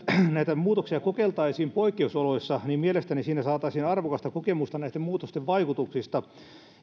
näitä muutoksia kokeiltaisiin poikkeusoloissa niin mielestäni siinä saataisiin arvokasta kokemusta näistä muutosten vaikutuksista